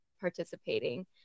participating